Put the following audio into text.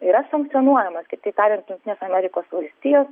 yra sankcionuojamas kitaip tariant jungtinės amerikos valstijos